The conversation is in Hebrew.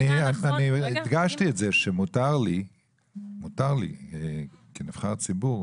אני הדגשתי את זה שמותר לי כנבחר ציבור,